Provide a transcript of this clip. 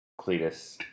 Cletus